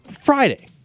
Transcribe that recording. Friday